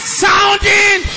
sounding